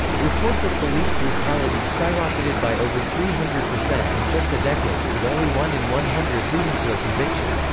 reports of police brutality skyrocketed by over three hundred percent in just a decade, with only one in one hundred leading to a conviction.